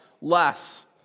less